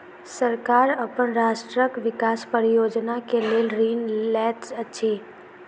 सरकार अपन राष्ट्रक विकास परियोजना के लेल ऋण लैत अछि